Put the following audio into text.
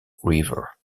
river